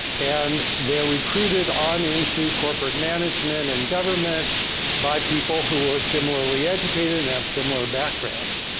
and they're recruited on into corporate management and government by people who are similarly educated and have similar backgrounds.